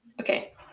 Okay